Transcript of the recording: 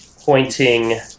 pointing